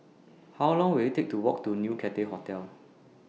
How Long Will IT Take to Walk to New Cathay Hotel